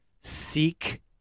Seek